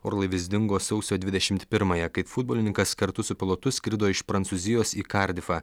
orlaivis dingo sausio dvidešimt pirmąją kai futbolininkas kartu su pilotu skrido iš prancūzijos į kardifą